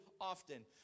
often